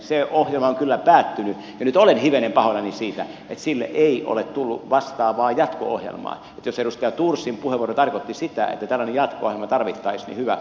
se ohjelma on kyllä päättynyt ja nyt olen hivenen pahoillani siitä että sille ei ole tullut vastaavaa jatko ohjelmaa joten jos edustaja thorsin puheenvuoro tarkoitti sitä että tällainen jatko ohjelma tarvittaisiin niin hyvä